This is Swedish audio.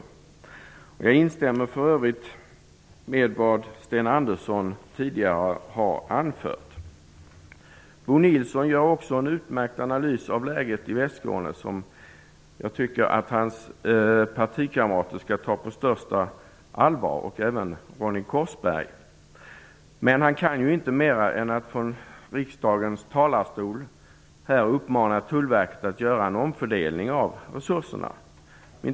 Jag instämmer för övrigt i vad Sten Andersson tidigare har anfört. Bo Nilsson gör också en utmärkt analys av läget i Västskåne som jag tycker att hans partikamrater skall ta på största allvar - och även Ronny Korsberg. Men han kan ju inte mer än från riksdagens talarstol uppmana Tullverket att göra en omfördelning av resurserna.